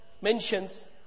mentions